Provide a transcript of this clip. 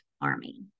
army